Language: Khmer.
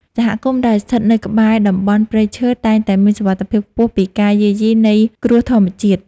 សហគមន៍ដែលស្ថិតនៅក្បែរតំបន់ព្រៃឈើតែងតែមានសុវត្ថិភាពខ្ពស់ពីការយាយីនៃគ្រោះធម្មជាតិ។